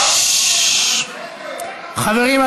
חברים,